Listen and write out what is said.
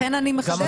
לכן אני מחדדת.